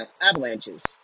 avalanches